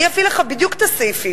אני אביא לך בדיוק את הסעיפים.